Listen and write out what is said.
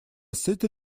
city